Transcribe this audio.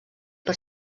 per